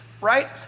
right